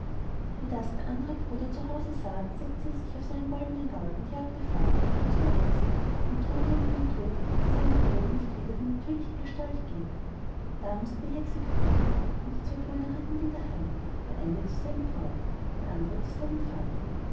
wie das der andere bruder zu haus sah setzte er sich auf seinen goldenen gaul und jagte fort und kam zu der hexe und drohte ihr mit dem tod wenn sie seinem bruder nicht wieder die natürliche gestalt gäbe da mußte die hexe gehorchen und die zwei brüder ritten wieder heim der eine zu seiner braut der andere zu seinem vater